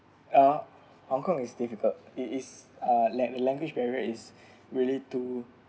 uh Hong-Kong is difficult it is uh lang~ language barrier is really too